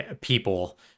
people